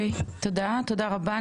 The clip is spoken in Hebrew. תודה רבה.